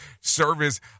Service